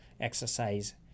exercise